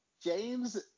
James